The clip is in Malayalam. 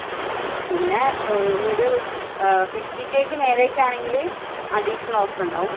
ഉം പിന്നെ ഒരുഏ ഫിഫ്റ്റി കെയ്ക്ക് മുകളിലേക്കാണെങ്കിൽ അഡീഷണൽ ഓഫർ ഉണ്ടാകും